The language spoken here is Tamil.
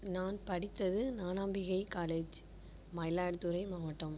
நான் படித்தது ஞானம்பிகை காலேஜ் மயிலாடுதுறை மாவட்டம்